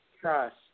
trust